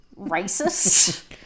racist